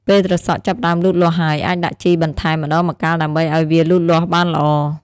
ពេលត្រសក់ចាប់ផ្តើមលូតលាស់ហើយ អាចដាក់ជីបន្ថែមម្តងម្កាលដើម្បីឲ្យវាលូតលាស់បានល្អ។